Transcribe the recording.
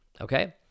Okay